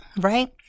right